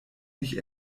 dich